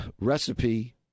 recipe